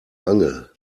angel